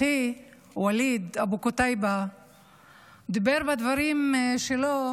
אחי ואליד אבו קתיבה אמר בדברים שלו